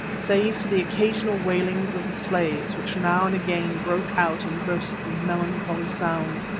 save for the occasional wailings of the slaves, which now and again broke out in bursts of melancholy sound,